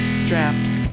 straps